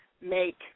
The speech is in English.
make